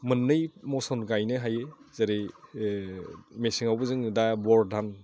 मोननै मसन गायनो हायो जेरै मेसेंआवबो जों दा बर धान